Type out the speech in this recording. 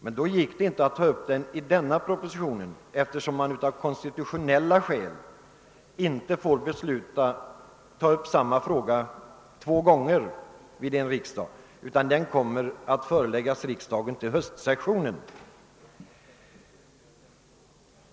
Det är emellertid inte möjligt att ta upp förslaget i denna proposition, eftersom av konstitutionella skäl en lagstiftningsfråga inte får behandlas två gånger vid samma riksdagssession. Ett förslag kommer däremot att framläggas vid höstsessionen.